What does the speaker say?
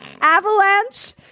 avalanche